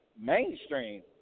mainstream